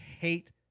hate